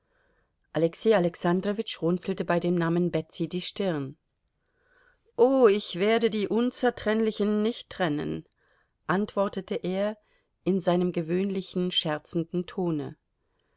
alexei alexandrowitsch runzelte bei dem namen betsy die stirn oh ich werde die unzertrennlichen nicht trennen antwortete er in seinem gewöhnlichen scherzenden tone